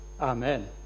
Amen